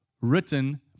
written